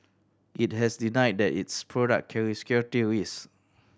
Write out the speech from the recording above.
it has denied that its product carry security risk